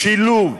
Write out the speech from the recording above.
שילוב,